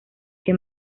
que